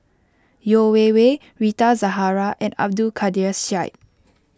Yeo Wei Wei Rita Zahara and Abdul Kadir Syed